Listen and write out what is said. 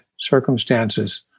circumstances